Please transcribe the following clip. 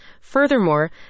Furthermore